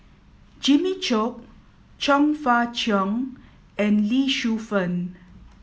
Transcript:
Jimmy Chok Chong Fah Cheong and Lee Shu Fen